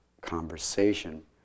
conversation